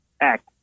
act